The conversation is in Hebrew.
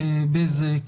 בזק,